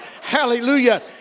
Hallelujah